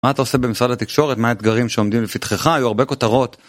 מה אתה עושה במשרד התקשורת? מה האתגרים שעומדים לפתחך? היו הרבה כותרות.